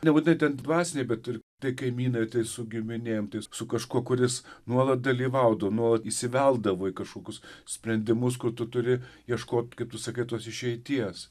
nebūtinai ten dvasiniai bet ir tai kaimynai tai su giminėm su kažkuo kur jis nuolat dalyvaudavo nuolat įsiveldavo į kažkokius sprendimus kur tu turi ieškot kaip tu sakai tos išeities